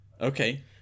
okay